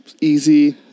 Easy